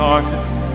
artist's